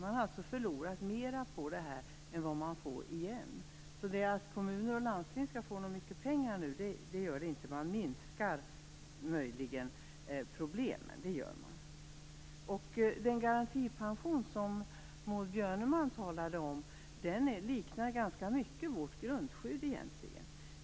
Man har alltså förlorat mer på det här än man får igen. Att kommuner och landsting skall få mycket pengar nu stämmer inte. Man minskar möjligen problemen, det gör man. Den garantipension som Maud Björnemalm talade om liknar egentligen ganska mycket vårt grundskydd.